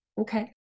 Okay